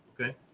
Okay